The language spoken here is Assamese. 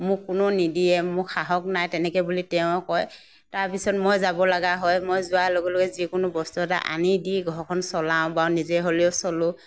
মোক কোনো নিদিয়ে মোৰ সাহস নাই তেনেকৈ বুলি তেওঁ কয় তাৰপিছত মই যাব লগা হয় মই যোৱা লগে লগে যিকোনো বস্তু এটা আনি দি ঘৰখন চলাওঁ বা নিজে হ'লেও চলোঁ